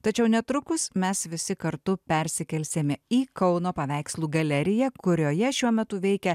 tačiau netrukus mes visi kartu persikelsime į kauno paveikslų galeriją kurioje šiuo metu veikia